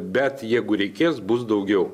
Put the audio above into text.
bet jeigu reikės bus daugiau